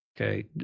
okay